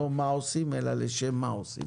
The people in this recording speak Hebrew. לא מה עושים, אלא לשם מה עושים.